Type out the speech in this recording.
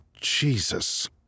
Jesus